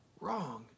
wrong